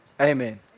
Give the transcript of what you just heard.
Amen